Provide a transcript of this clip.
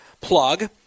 Plug